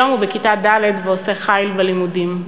היום הוא בכיתה ד' ועושה חיל בלימודים.